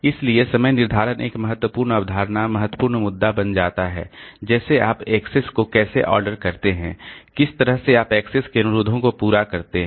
इसलिए समय निर्धारण एक महत्वपूर्ण अवधारणा महत्वपूर्ण मुद्दा बन जाता है जैसे आप एक्सेस को कैसे ऑर्डर करते हैं किस तरह से आप एक्सेस के अनुरोधों को पूरा करते हैं